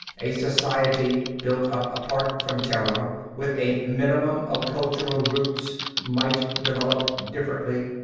a society built up apart from terra with a minimum of cultural roots might develop differently.